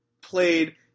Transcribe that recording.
played